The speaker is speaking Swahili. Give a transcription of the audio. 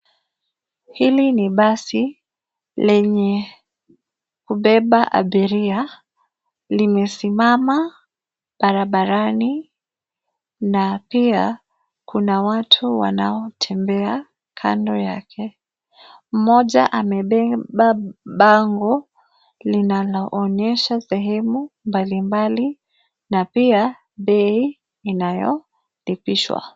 Hili ni basi lenye kubeba abiria. Limesimama barabarani na pia kuna watu wanaotembea kando yake. Mmoja amebeba bango linaloonyesha sehemu mbalimbali na pia bei inayolipishwa.